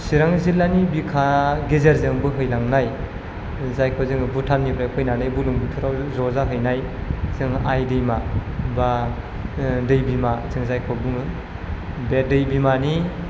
चिरां जिल्लानि बिखा गेजेरजों बोहैलांनाय जायखौ जोङो भुटाननिफ्राय फैनानै बुरलुंबुथुरआव ज जाहैनाय जों आइ दैमा बा दै बिमा जों जायखौ बुङो बे दै बिमानि